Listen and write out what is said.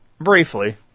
briefly